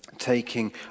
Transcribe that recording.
taking